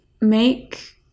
make